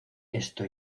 esto